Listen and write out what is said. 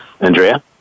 Andrea